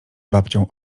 babcią